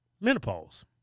menopause